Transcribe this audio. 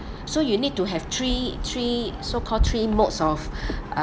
so you need to have three three so called three modes of uh